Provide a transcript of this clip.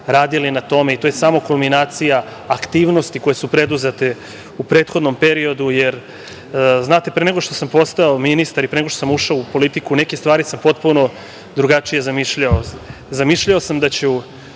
radili na tome i to je samo kulminacija aktivnosti koje su preduzete u prethodnom periodu. Znate, pre nego što sam postao ministar i pre nego što sam ušao u politiku neke stvari sam potpuno drugačije zamišljao. Zamišljao sam da ću